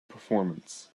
performance